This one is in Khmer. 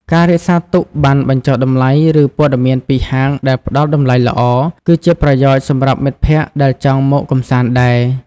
ការរក្សាទុកប័ណ្ណបញ្ចុះតម្លៃ ឬព័ត៌មានពីហាងដែលផ្ដល់តម្លៃល្អ គឺជាប្រយោជន៍សម្រាប់មិត្តភក្តិដែលចង់មកកម្សាន្តដែរ។